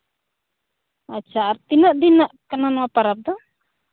ᱟᱪᱪᱷᱟ ᱟᱨ ᱛᱤᱱᱟᱹᱜ ᱫᱤᱱᱟᱜ ᱠᱟᱱᱟ ᱱᱚᱣᱟ ᱯᱚᱨᱚᱵᱽ ᱫᱚ